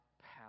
power